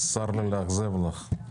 צר לי לאכזב אותך.